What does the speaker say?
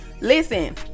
Listen